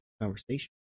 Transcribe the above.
conversation